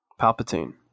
Palpatine